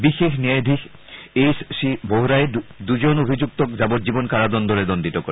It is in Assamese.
বিশেষ ন্যায়াধীশ এইচ চি ভোহৰাই দূজন অভিযুক্তক যাৱজ্ঞীৱন কাৰাদণ্ডৰে দণ্ডিত কৰে